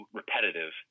repetitive